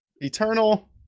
eternal